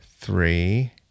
three